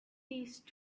these